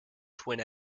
twin